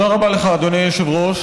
תודה רבה לך, אדוני היושב-ראש.